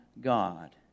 God